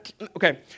okay